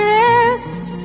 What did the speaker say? rest